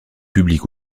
publics